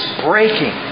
breaking